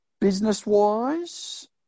Business-wise